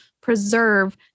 preserve